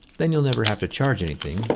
then you'll never have to charge anything.